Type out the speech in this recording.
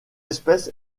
espèce